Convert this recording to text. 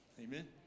amen